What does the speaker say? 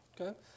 Okay